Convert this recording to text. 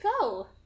go